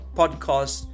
podcast